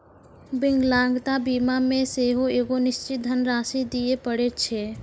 विकलांगता बीमा मे सेहो एगो निश्चित धन राशि दिये पड़ै छै